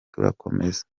turakomeza